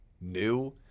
new